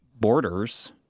borders